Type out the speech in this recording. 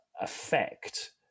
affect